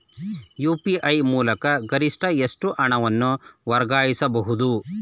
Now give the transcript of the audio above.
UPI ಮೂಲಕ ಗರಿಷ್ಠ ಎಷ್ಟು ಹಣವನ್ನು ವರ್ಗಾಯಿಸಬಹುದು?